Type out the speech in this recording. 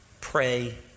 pray